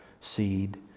seed